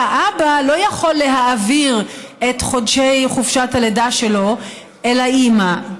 והאבא לא יכול להעביר את חודשי חופשת הלידה שלו אל האימא.